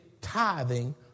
tithing